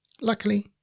Luckily